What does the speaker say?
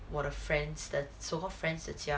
我的 friends 的 so called friend's 的家